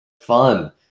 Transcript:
fun